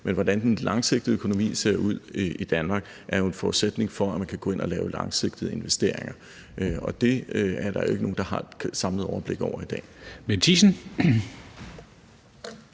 Men hvordan den langsigtede økonomi ser ud i Danmark, giver jo en forudsætning for, at man kan gå ind og lave langsigtede investeringer. Og det er der jo ikke nogen, der har et samlet overblik over i dag.